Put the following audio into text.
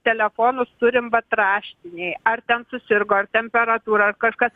telefonus turim vat raštinėj ar ten susirgo ar temperatūra ar kažkas